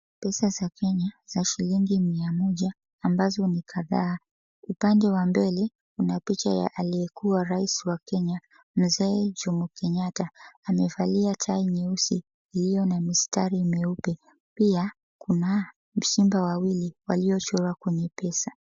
Pesa za Kenya za shilingi mia moja ambazo ni kadhaa. Upande wa mbele kuna picha ya aliekua rais wa Kenya mzee Jomo Kenyatta, amevalia tai nyeusi iliyona mistari myeupe, pia kuna simba wawili waliochorwa kwenye pesa.